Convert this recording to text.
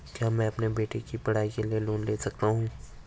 क्या मैं अपने बेटे की पढ़ाई के लिए लोंन ले सकता हूं?